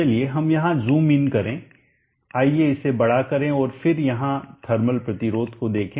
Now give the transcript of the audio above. चलिए हम यहां ज़ूम इन करें आइए इसे बड़ा करें और फिर यहां थर्मल प्रतिरोध को देखें